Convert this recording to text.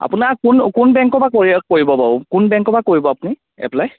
আপোনাক কোন কোন বেংকৰ পৰা কৰি কৰিব বাৰু কোন বেংকৰ পৰা কৰিব আপুনি এপ্পলাই